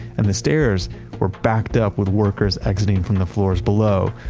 and the stairs were backed up with workers exiting from the floors below.